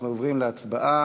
אנחנו עוברים להצבעה.